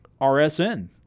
RSN